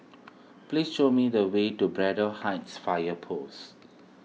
please show me the way to Braddell Heights Fire Post